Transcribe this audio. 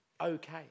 okay